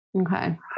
Okay